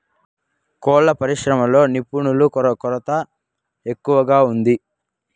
కోళ్ళ పరిశ్రమలో నిపుణుల కొరత ఎక్కువగా ఉంది